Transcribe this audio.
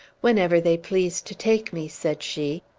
whenever they please to take me, said she.